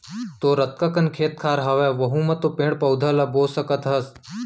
तोर अतका कन खेत खार हवय वहूँ म तो पेड़ पउधा ल बो सकत हस